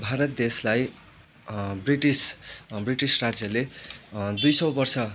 भारत देशलाई British British राज्यले दुई सय वर्ष